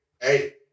hey